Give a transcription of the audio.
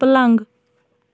پٕلنٛگ